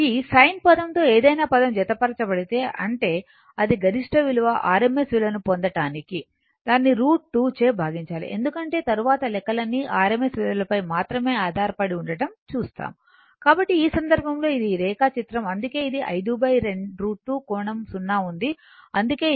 ఈ సైన్ పదంతో ఏదైనా పదం జతచేయబడితే అంటే ఇది గరిష్ట విలువ rms విలువను పొందటానికి దానిని √ 2 చే భాగించాలి ఎందుకంటే తరువాత లెక్కలన్నీ rms విలువపై మాత్రమే ఆధారపడి ఉండటం చూస్తాము కాబట్టి ఈ సందర్భంలో ఇది ఈ రేఖాచిత్రం అందుకే ఇది ఈ 5 √ 2 కోణం 0 ఉంది అందుకే ఇది ఒక సూచన